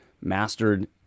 mastered